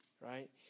right